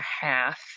half